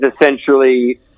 essentially